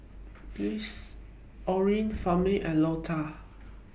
Orin Firman and Lota